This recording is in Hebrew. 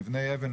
מבני אבן,